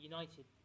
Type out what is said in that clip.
United